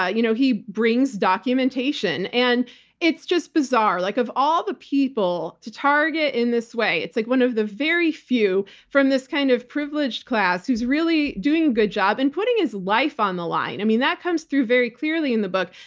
ah you know he brings documentation. and it's just bizarre. like of all the people to target in this way, it's like one of the very few from this kind of privileged class who's really doing a good job and putting his life on the line. i mean, that comes through very clearly in the book.